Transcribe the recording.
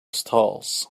stalls